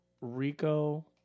Rico